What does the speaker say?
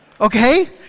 Okay